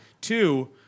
Two